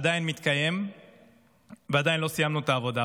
עדיין מתקיים ועדיין לא סיימנו את העבודה.